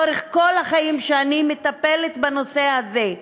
לאורך כל השנים שאני מטפלת בנושא הזה,